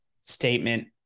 statement